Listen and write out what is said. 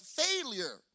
failure